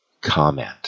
comment